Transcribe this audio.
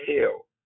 hell